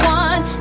one